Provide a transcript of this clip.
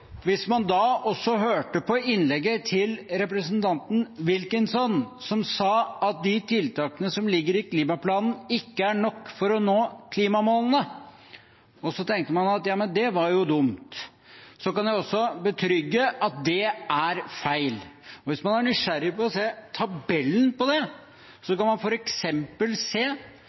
Hvis man også hørte på innlegget til representanten Wilkinson, som sa at de tiltakene som ligger i klimaplanen, ikke er nok for å nå klimamålene, så tenker man ja, det var dumt. Da kan jeg betrygge med at det er feil. Hvis man er nysgjerrig på tabellen på det, kan man f.eks. se